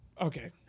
Okay